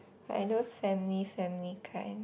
like those family family kind